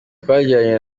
twagiranye